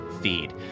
feed